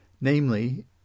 Namely